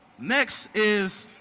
next is,